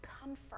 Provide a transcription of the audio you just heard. comfort